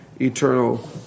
eternal